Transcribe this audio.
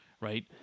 right